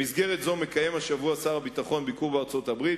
במסגרת זו מקיים השבוע שר הביטחון ביקור בארצות-הברית,